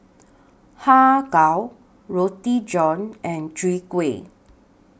Har Kow Roti John and Chwee Kueh